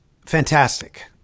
fantastic